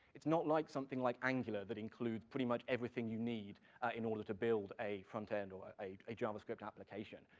it's not like something like angular that includes pretty much everything you need in order to build a front end or a a javascript application.